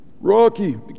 Rocky